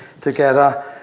together